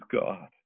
God